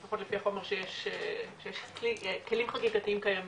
לפחות לפי החומר שיש אצלי, כלים חקיקתיים קיימים.